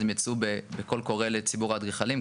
אז הם יצאו בקול קורא לציבור האדריכלים,